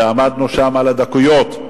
ועמדנו שם על הדקויות,